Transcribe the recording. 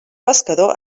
pescador